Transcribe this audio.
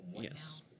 Yes